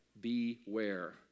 Beware